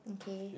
okay